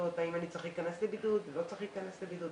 ופשוטות כמו האם אני צריך להיכנס לבידוד או לא צריך להיכנס לבידוד,